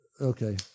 okay